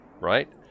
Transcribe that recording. right